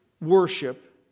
worship